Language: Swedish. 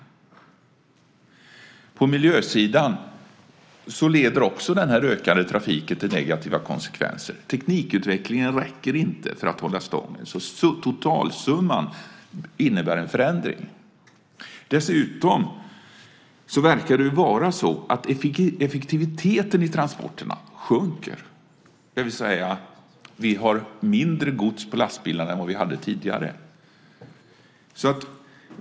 Också på miljösidan får den här ökade trafiken negativa konsekvenser. Teknikutvecklingen räcker inte för att hålla detta stången. Totalsumman innebär en försämring. Dessutom verkar det ju vara så att effektiviteten i transporterna sjunker, det vill säga att vi har mindre gods på lastbilarna än vi hade tidigare.